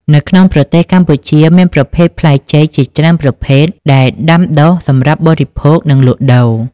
នៅក្នុងប្រទេសកម្ពុជាមានប្រភេទផ្លែចេកជាច្រើនប្រភេទដែលដាំដុះសម្រាប់បរិភោគ និងលក់ដូរ។